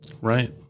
right